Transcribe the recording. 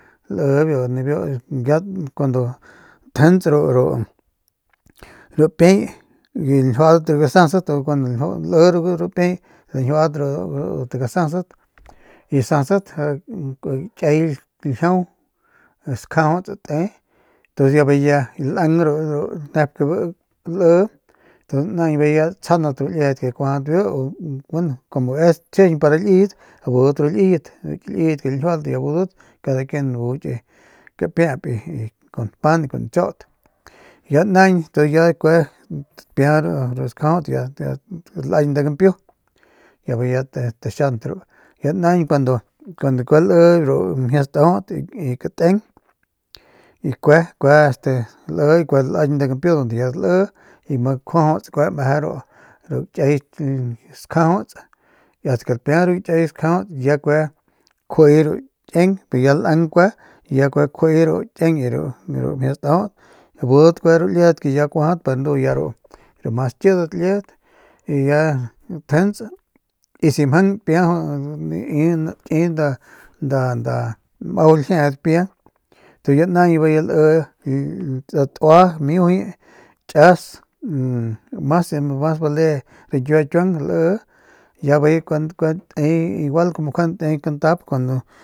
Lii nibiu nibiu ya cuando tjents ru ru ru piay y lañjiuaalat ru gasast y cundo lii ru piay y sasat guikiay ljiau skjajauts te y tu bijiy ya lang ru np ke biu lii y tu naañ bijiy ya tsjanat ru liedat kuajadat biu y gueno como es chjijiñ para liyet budat ru liyet ru ki liyet ke lañjiualat bijiy budat cada quien bu ki kapiayp y kun pan y cun nchaut y ya naañ ya kue lapia ru stakjajauts y ya lañ nda guimpiu y bijiy ya taxant ru y ya naañ cuando ya kue lii ru mjie staut y kateng y y kue lii y kue lañ nda gampiu donde ya dali y ma kue kjuajauts meje ru kiay stajajauts y ast ke lapia kiay stakjajauts ya kue kjuiy ru kieng ya lang kue ya kjui ru kieng ru mjie staut budat kue ru liedat ke ya kuajadat pe ndu ya ru mas kidat liedat y ya tjents y si mjang npia nai nki nda nda nda majau ljie mjau dipia y tu naañ bijiy ya lii ru datua miujuy kias mas a bale rañkiue kiuang lii y ya bijiy kue te igual njuande te kantap cuando.